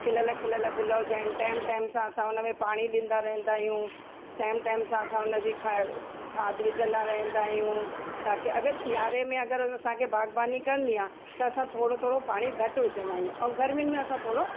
खिलयल खिलयल गुल हुजनि टेम टेम सां असां उनमें पाणी ॾींदा रहंदा आहियूं टेम टेम सां असां उनजी खा खाद विझंदा रहंदा आहियूं ताकि अगरि सिआरे में अगरि असांखे बागबानी करिणी आहे त असां थोरो थोरो पाणी घट् विझंदा आहियूं ऐं गर्मियुनि में असां थोरो